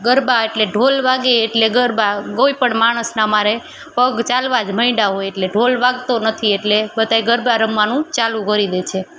ગરબા એટલે ઢોલ વાગે એટલે ગરબા કોઈ પણ માણસના અમારે પગ ચાલવા જ મંડ્યા હોય એટલે ઢોલ વાગતો નથી એટલે બધાય ગરબા રમવાનું ચાલુ કરી દે છે